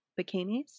bikinis